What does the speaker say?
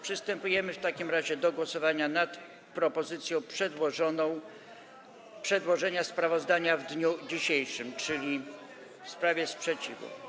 Przystępujemy w takim razie do głosowania nad propozycją przedłożenia sprawozdania w dniu dzisiejszym, czyli w sprawie sprzeciwu.